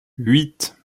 huit